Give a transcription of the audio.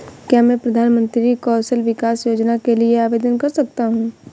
क्या मैं प्रधानमंत्री कौशल विकास योजना के लिए आवेदन कर सकता हूँ?